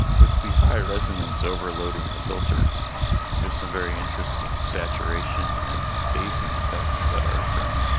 with the high resonance overloading the filter there's some very interesting saturation and phasing effects that are occurring.